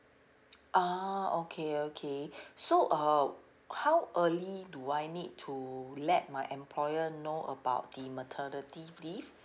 ah okay okay so uh how early do I need to let my employer know about the maternity leave